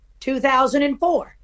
2004